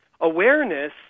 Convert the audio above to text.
Awareness